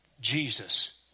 Jesus